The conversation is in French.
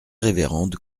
révérende